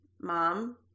mom